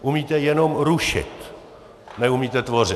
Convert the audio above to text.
Umíte jenom rušit, neumíte tvořit.